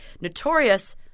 notorious-